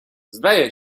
zdaje